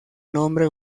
nombre